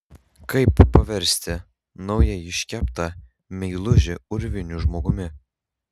kaip paversti naujai iškeptą meilužį urviniu žmogumi